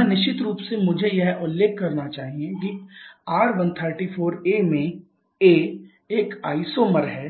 यहाँ निश्चित रूप से मुझे यह उल्लेख करना चाहिए कि R134a में 'a' एक आइसोमर है